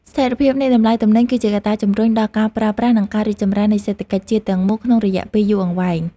ស្ថិរភាពនៃតម្លៃទំនិញ គឺជាកត្តាជម្រុញដល់ការប្រើប្រាស់ និងការរីកចម្រើននៃសេដ្ឋកិច្ចជាតិទាំងមូលក្នុងរយៈពេលយូរអង្វែង។